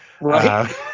Right